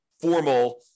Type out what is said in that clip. formal